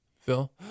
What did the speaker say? Phil